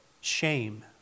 Shame